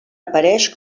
apareix